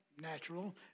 natural